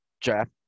Jeff